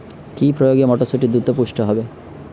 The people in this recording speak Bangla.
কি প্রয়োগে মটরসুটি দ্রুত পুষ্ট হবে?